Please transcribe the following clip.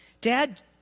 Dad